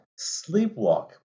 sleepwalk